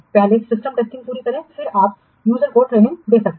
पहले system testing पूरी करें फिर आप यूजर्स को ट्रेनिंग दे सकते हैं